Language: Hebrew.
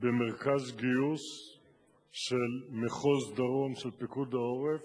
במרכז הגיוס של מחוז דרום של פיקוד העורף,